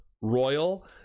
Royal